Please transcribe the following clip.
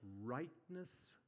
rightness